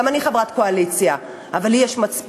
גם אני חברת קואליציה, אבל לי יש מצפון.